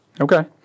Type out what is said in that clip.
Okay